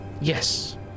Yes